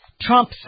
Trump